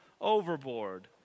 overboard